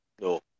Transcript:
No